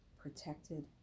protected